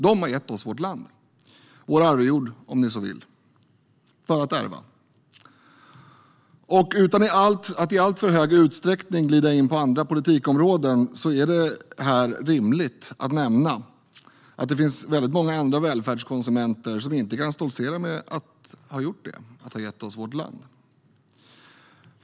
De har gett oss vårt land - vår arvejord, om ni så vill - för oss att ärva. Och utan att i alltför hög utsträckning glida in på andra politikområden så är det rimligt att här nämna att det finns väldigt många andra välfärdskonsumenter som inte kan stoltsera med att ha gett oss vårt land.